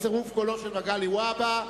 בצירוף קולו של מגלי והבה.